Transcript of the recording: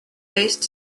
based